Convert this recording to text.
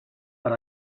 per